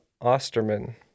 Osterman